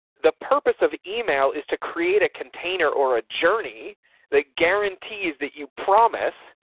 the purpose of email is to create a container or a journey that guarantees that you promise.